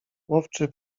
łowczy